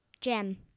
Gem